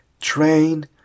train